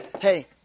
hey